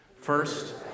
First